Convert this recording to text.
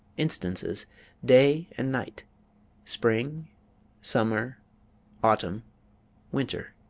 instances day and night spring summer autumn winter